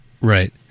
Right